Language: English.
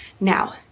now